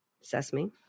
Sesame